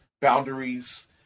boundaries